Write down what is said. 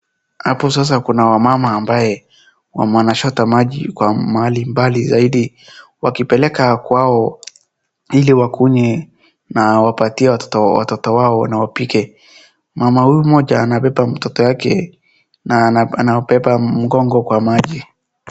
Hapo sasa kuna wamama ambaye wanachota maji kwa mahali mbali zaidi wakipeleka kwao ili wakunywe na wapatie watoto wao na wapike .Mama huyu mmoja anabeba mtoto wake na anawabeba mgongo kwa maji.